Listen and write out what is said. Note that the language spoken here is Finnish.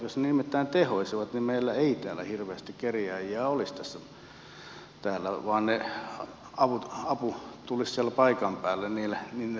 jos ne nimittäin tehoaisivat niin meillä ei täällä hirveästi kerjääjiä olisi vaan se apu tulisi siellä paikan päällä niille tarvitsijoille